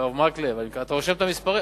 הרב מקלב, אתה רושם את המספרים.